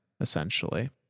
essentially